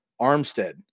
Armstead